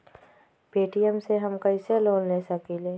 Paytm से हम कईसे लोन ले सकीले?